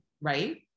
Right